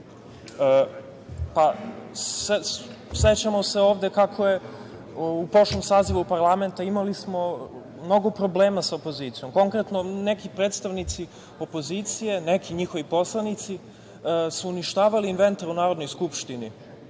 opozicije.Sećamo se kako smo u prošlom sazivu parlamenta imali mnogo problema sa opozicijom. Konkretno, neki predstavnici opozicije, neki njihovi poslanici su uništavali inventar u Narodnoj skupštini,